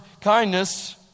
kindness